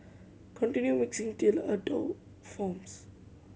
continue mixing till a dough forms